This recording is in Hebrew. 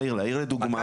מהיר לעיר לדוגמה.